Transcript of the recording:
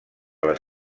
les